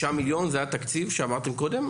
6 מיליון זה התקציב שאמרתם קודם?